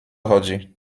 chodzi